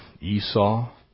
Esau